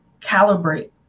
calibrate